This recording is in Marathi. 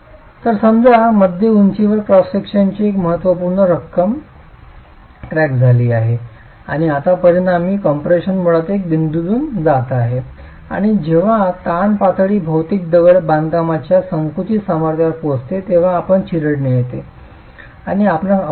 तर समजा मध्यम उंचीवर क्रॉस सेक्शनची एक महत्त्वपूर्ण रक्कम क्रॅक झाली आहे आणि आता परिणामी कम्प्रेशन मुळात एका बिंदूतून जात आहे आणि जेव्हा ताण पातळी भौतिक दगडी बांधकामाच्या संकुचित सामर्थ्यावर पोहोचते तेव्हा आपणास चिरडणे येते आणि आपणास अपयश येते